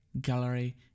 gallery